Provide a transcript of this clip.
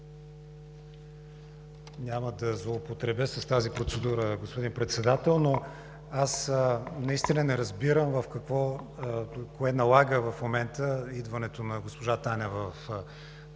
Няма да злоупотребя с тази процедура, господин Председател, но аз наистина не разбирам кое налага в момента идването на госпожа Танева в парламента.